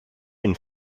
une